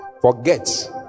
Forget